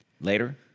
Later